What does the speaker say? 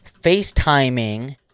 FaceTiming